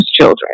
children